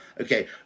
Okay